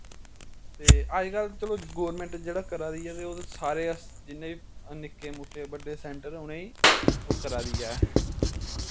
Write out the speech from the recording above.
ते अज कल ते चलो गौरमैंट जेह्ड़ा करा दी ऐ ते ओह् ते सारे जिन्ने निक्के मुट्टे बड्डे सैंटर ऐ उने ओह् करा दी ऐ